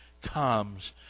comes